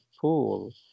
pool